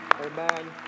Amen